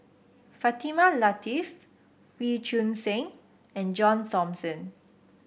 Fatimah Lateef Wee Choon Seng and John Thomson